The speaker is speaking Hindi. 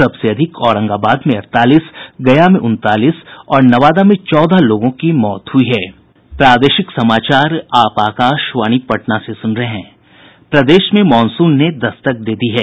सबसे अधिक औरंगाबाद में अड़तालीस गया में उनतालीस और नवादा में चौदह लोगों की मौत हुयी है प्रदेश में मॉनसून ने दस्तक दे दी है